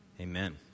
Amen